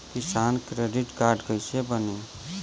किसान credit card कइसे बानी?